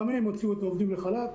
גם הם הוציאו את העובדים לחל"ת.